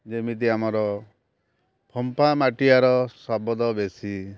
ଯେମିତି ଆମର ଫମ୍ପା ମାଠିଆର ଶବଦ ବେଶୀ